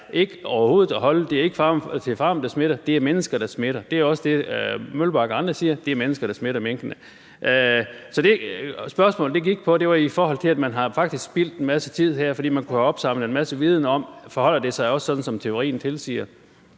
der er ikke farme, der smitter; det er mennesker, der smitter. Det er også det, Kåre Mølbak og andre siger: Det er mennesker, der smitter minkene. Så det, spørgsmålet gik på, var, i forhold til at man har spildt en masse tid her, for man kunne have opsamlet en masse viden om, om det også forholder sig sådan, som teorien tilsiger.